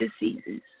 diseases